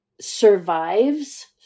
survives